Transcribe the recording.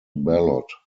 ballot